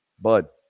bud